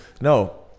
No